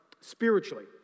spiritually